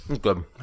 good